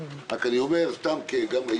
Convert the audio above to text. אני רק אומר עצה